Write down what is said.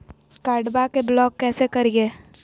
कार्डबा के ब्लॉक कैसे करिए?